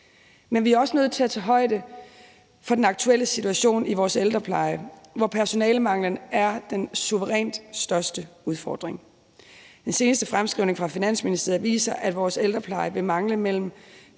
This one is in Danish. Men vi er også nødt til at tage højde for den aktuelle situation i vores ældrepleje, hvor personalemanglen er den suverænt største udfordring. Den seneste fremskrivning fra Finansministeriet viser, at vores ældrepleje vil mangle mellem